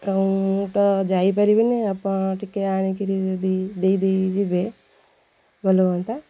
ଯାଇପାରିବିନି ଆପଣ ଟିକେ ଆଣିକରି ଦେଇଯିବେ ଭଲ ହୁଅନ୍ତା